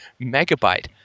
megabyte